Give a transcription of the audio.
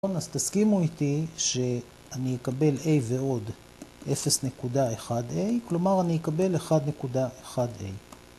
נכון? אז תסכימו איתי שאני אקבל a ועוד 0.1a, כלומר אני אקבל 1.1a.